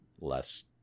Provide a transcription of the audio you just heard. less